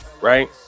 right